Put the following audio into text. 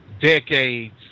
decades